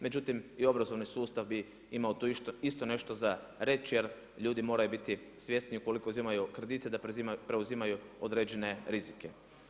Međutim i obrazovni sustav bi imao tu isto nešto za reći jer ljudi moraju biti svjesni ukoliko uzimaju kredite da preuzimaju određene rizike.